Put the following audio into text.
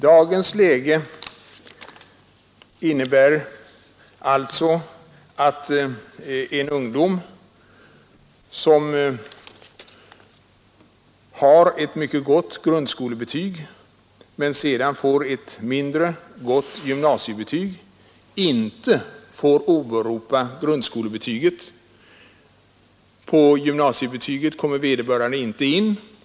De nuvarande bestämmelserna innebär att ungdomar som har ett mycket gott grundskolebetyg men sedan får ett mindre gott gymnasiebetyg inte kan åberopa grundskolebetyget. På gymnasiebetyget kommer vederbörande inte in.